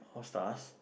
of stars